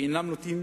שאינם נוטים,